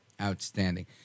Outstanding